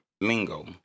lingo